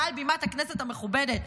מעל בימת הכנסת המכובדת,